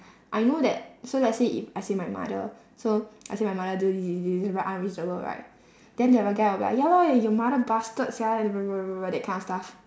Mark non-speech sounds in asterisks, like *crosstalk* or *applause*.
I know that so let's say if I say my mother so I say my mother do this this this very unreasonable right then the other guy will be like ya lor your mother bastard sia *noise* that kind of stuff